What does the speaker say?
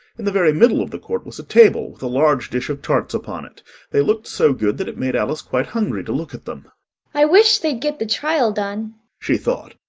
in the very middle of the court was a table, with a large dish of tarts upon it they looked so good, that it made alice quite hungry to look at them i wish they'd get the trial done she thought,